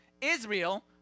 Israel